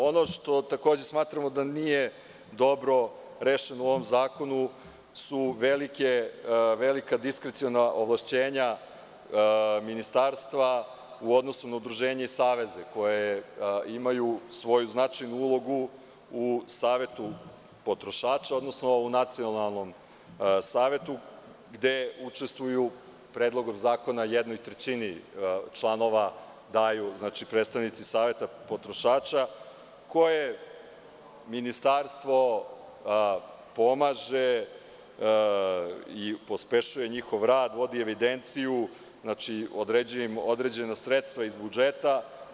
Ono što takođe smatramo da nije dobro rešeno u ovom zakonu su velika diskreciona ovlašćenja ministarstva u odnosu na udruženja i saveze koja imaju svoju značajnu ulogu u Savetu potrošača, odnosno u Nacionalnom savetu, gde učestvuju predlogom zakona jednoj trećini članova daju, znači, predstavnici Saveta potrošača, koje ministarstvo pomaže i pospešuje njihov rad, vodi evidenciju, određuje i određena sredstva iz budžeta.